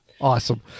Awesome